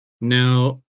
Now